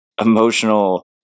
emotional